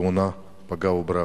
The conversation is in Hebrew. בתאונת פגע וברח.